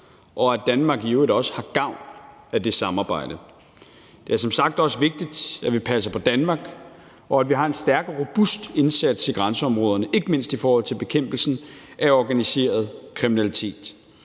og at Danmark i øvrigt også har gavn af det samarbejde. Det er som sagt også vigtigt, at vi passer på Danmark, og at vi har en stærk og robust indsats i grænseområderne, ikke mindst i forhold til bekæmpelsen af organiseret kriminalitet,